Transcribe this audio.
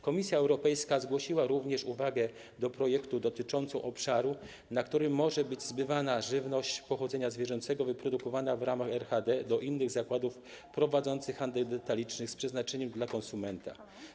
Komisja Europejska zgłosiła również uwagę do projektu dotyczącą obszaru, na którym może być zbywana żywność pochodzenia zwierzęcego wyprodukowana w ramach RHD do innych zakładów prowadzących handel detaliczny z przeznaczeniem dla konsumenta.